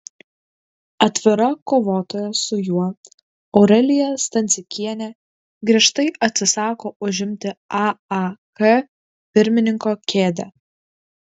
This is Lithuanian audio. atvira kovotoja su juo aurelija stancikienė griežtai atsisako užimti aak pirmininko kėdę